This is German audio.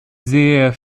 sehr